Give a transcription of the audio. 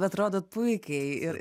atrodot puikiai ir